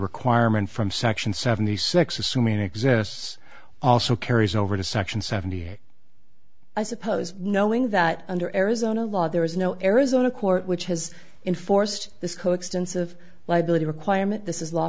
requirement from section seventy six assuming it exists also carries over to section seventy i suppose knowing that under arizona law there is no arizona court which has in forced this coextensive liability requirement this is law